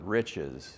riches